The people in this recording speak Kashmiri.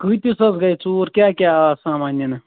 کۭتِس حظ گٔے ژوٗ ر کیٛاہ کیٛاہ آو سامان نِنہٕ